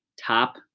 top